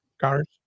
cars